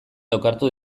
lokartu